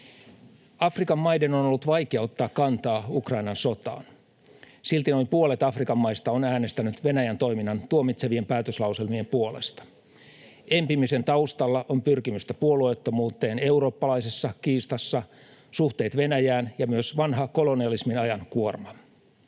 Afrikan maiden on ollut vaikea ottaa kantaa Ukrainan sotaan. Silti noin puolet Afrikan maista on äänestänyt Venäjän toiminnan tuomitsevien päätöslauselmien puolesta. Empimisen taustalla on pyrkimystä puolueettomuuteen ”eurooppalaisessa kiistassa”, suhteet Venäjään ja myös vanha kolonialismin ajan kuorma.